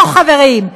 לא, חברים.